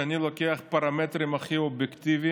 אם אני לוקח את הפרמטרים הכי אובייקטיביים,